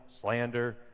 slander